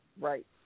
Right